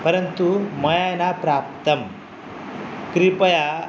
परन्तु मया न प्राप्तं कृपया